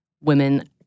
women